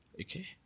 Okay